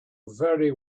very